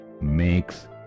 makes